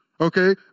okay